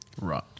Right